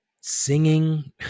singing